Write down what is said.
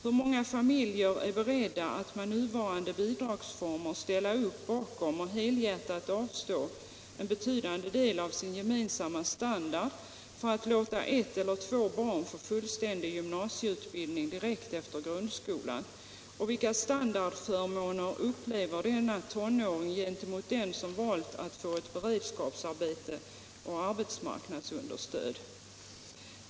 Hur många familjer är beredda att med nuvarande bidragsformer ställa upp och helhjärtat avstå en betydande del av sin gemensamma standard för att låta ett eller två barn få fullständig gymnasieutbildning direkt efter grundskolan, och vilka standardförmåner upplever denna tonåring gentemot den som valt att få ett beredskapsarbete och arbetsmarknadsunderstöd?